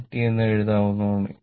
5t u എന്ന് എഴുതാവുന്നതാണ്